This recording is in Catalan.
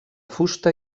fusta